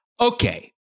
Okay